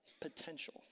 potential